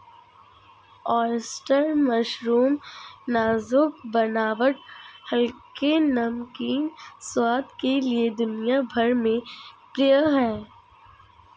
oyster mushroom नाजुक बनावट हल्के, नमकीन स्वाद के लिए दुनिया भर में प्रिय है